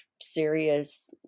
serious